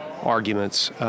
arguments